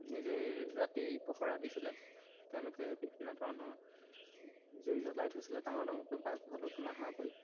নিজে ৰাতি পহৰা দিছিলে তেওঁলোকে বিভিন্ন ধৰণৰ জুই জ্বলাই থৈছিলে ডাঙৰ ডাঙৰকৈ বাঘ ভালুক নহাকৈ